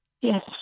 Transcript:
Yes